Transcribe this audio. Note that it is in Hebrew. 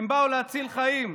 הם באו להציל חיים,